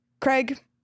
Craig